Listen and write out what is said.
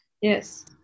yes